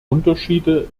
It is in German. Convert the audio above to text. unterschiede